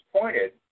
pointed